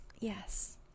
Yes